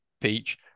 Peach